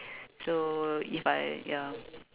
so if I ya